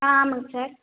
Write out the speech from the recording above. ஆ ஆமாங்க சார்